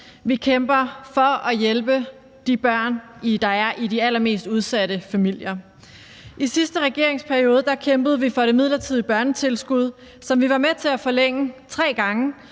vi kæmper for at hjælpe de børn, der er i de allermest udsatte familier. I sidste regeringsperiode kæmpede vi for det midlertidige børnetilskud, som vi var med til at forlænge tre gange,